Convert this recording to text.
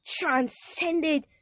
transcended